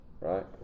right